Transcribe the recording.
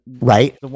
Right